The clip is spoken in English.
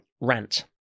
rant